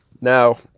now